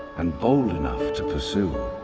and bold enough to pursue,